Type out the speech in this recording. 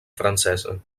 francesa